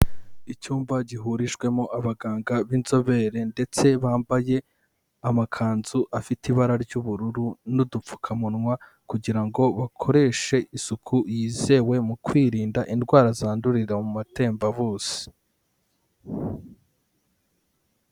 Icyumba gihurijwemo abaganga b'inzobere ndetse bambaye amakanzu afite ibara ry'ubururu n'udupfukamunwa kugira ngo bakoreshe isuku yizewe mu kwirinda indwara zandurira mu matembabuzi.